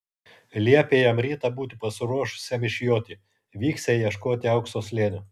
liepė jam rytą būti pasiruošusiam išjoti vyksią ieškoti aukso slėnio